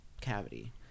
cavity